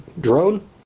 drone